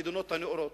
המדינות הנאורות?